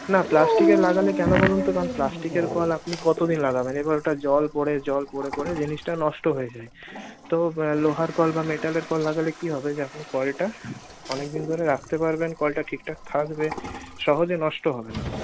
না প্লাস্টিকের লাগালে কেন বলুন তো কারণ প্লাস্টিকের কল আপনি কতদিন লাগাবেন এবার ওটা জল পড়ে জল পড়ে পড়ে জিনিসটা নষ্ট হয়ে যায় তো লোহার কল বা মেটালের কল লাগালে কি হবে যে আপনি কলটা অনেকদিন ধরে রাখতে পারবেন কলটা ঠিকঠাক থাকবে সহজে নষ্ট হবে না